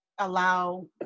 allow